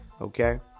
Okay